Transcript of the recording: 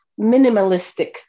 minimalistic